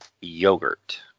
yogurt